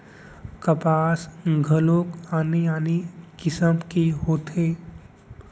कपसा घलोक आने आने किसिम के होथे